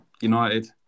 United